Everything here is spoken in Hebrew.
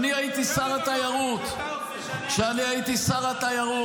זאת דמגוגיה, זאת דמגוגיה,